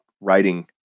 writing